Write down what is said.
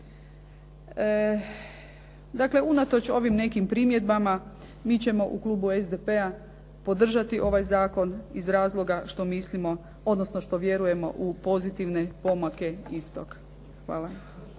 Dakle, unatoč ovim nekim primjedbama mi ćemo u klubu SDP-a podržati ovaj zakon iz razloga što mislimo, odnosno što vjerujemo u pozitivne pomake istog. Hvala.